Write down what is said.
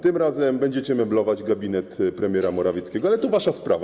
Tym razem będziecie meblować gabinet premiera Morawieckiego, ale to wasza sprawa.